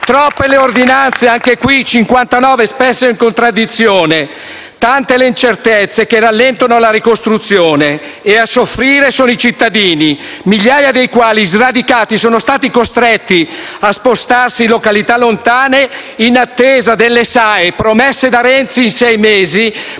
troppe le ordinanze (anche qui 59), spesso in contraddizione; tante le incertezze che rallentano la ricostruzione e a soffrire sono i cittadini, migliaia dei quali, sradicati, sono stati costretti a spostarsi in località lontane, in attesa delle SAE, promesse da Renzi in sei mesi,